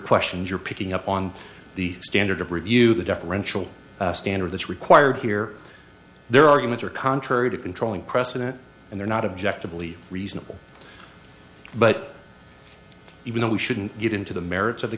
questions you're picking up on the standard of review the differential standard that's required here their arguments are contrary to controlling precedent and they're not object to believe reasonable but even though we shouldn't get into the merits of the